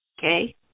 Okay